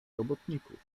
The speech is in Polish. robotników